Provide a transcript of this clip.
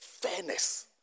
fairness